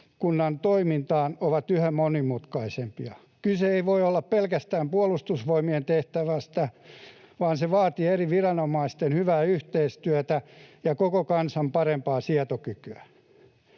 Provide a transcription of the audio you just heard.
yhteiskunnan toimintaan ovat yhä monimutkaisempia. Kyse ei voi olla pelkästään Puolustusvoimien tehtävästä, vaan se vaatii eri viranomaisten hyvää yhteistyötä ja koko kansan parempaa sietokykyä.